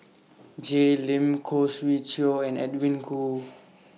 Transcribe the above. Jay Lim Khoo Swee Chiow and Edwin Koo